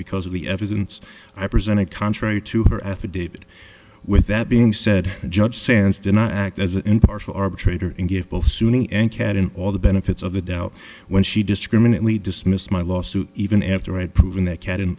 because of the evidence i presented contrary to her affidavit with that being said judge sand's do not act as an impartial arbitrator and give both sunni and kat and all the benefits of the doubt when she discriminately dismissed my lawsuit even after i had proven that cat and